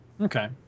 Okay